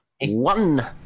one